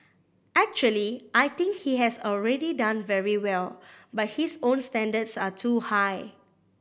actually I think he has already done very well but his own standards are too high